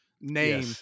name